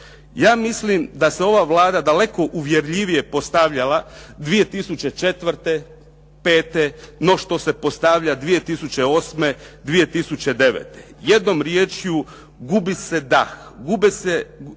Ja mislim da se ova Vlada daleko uvjerljivije postavljala 2004., 2005., no što se postavlja 2008., 2009. Jednom riječju, gubi se dah,